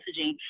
messaging